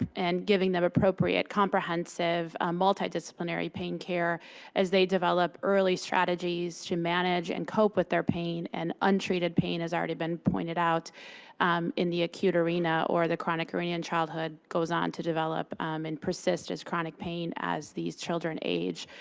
and giving them appropriate comprehensive, multidisciplinary pain care as they develop early strategies to manage and cope with their pain. and untreated pain has already been pointed out in the acute arena or the chronic arena in childhood goes on to develop um and persist as chronic pain as these children age.